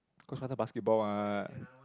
cause sometime basketball what